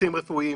שירותים רפואיים.